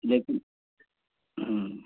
लेकिन